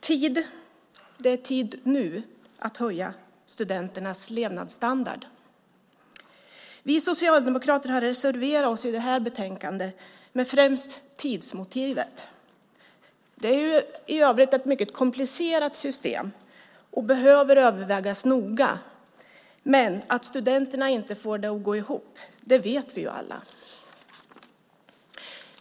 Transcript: Och det är nu tid att höja studenternas levnadsstandard. Vi socialdemokrater har reserverat oss i det här betänkandet med främst tidsmotivet. Det är i övrigt ett mycket komplicerat system, och det behöver övervägas noga. Men att studenterna inte får det att gå ihop vet vi alla.